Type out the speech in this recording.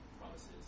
promises